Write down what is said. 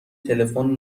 تلفن